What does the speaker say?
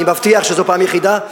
אני מבטיח שזו פעם יחידה.